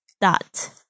dot